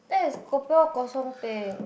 that is kopi O kosong peng